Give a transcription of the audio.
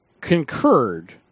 concurred